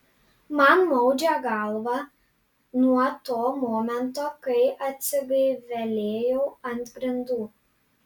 man maudžia galvą nuo to momento kai atsigaivelėjau ant grindų